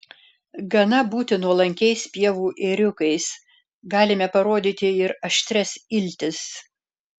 gana būti nuolankiais pievų ėriukais galime parodyti ir aštrias iltis